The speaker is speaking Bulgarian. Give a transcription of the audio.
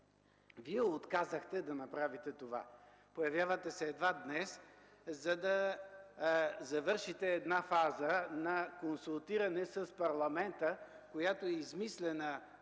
Вие отказахте да направите това. Появявате се едва днес, за да завършите една фаза на консултиране с парламента, която е измислена вероятно